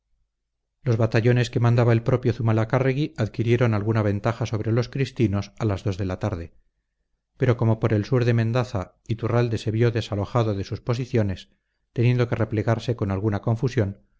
los batallones que mandaba el propio zumalacárregui adquirieron alguna ventaja sobre los cristinos a las dos de la tarde pero como por el sur de mendaza iturralde se vio desalojado de sus posiciones teniendo que replegarse con alguna confusión